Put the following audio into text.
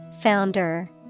Founder